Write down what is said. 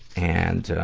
and, ah,